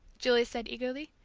julie said eagerly.